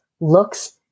looks